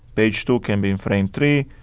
page two can be in frame three.